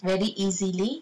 very easily